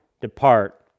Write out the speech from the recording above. depart